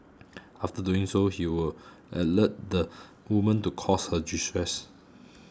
after doing so he would alert the woman to cause her distress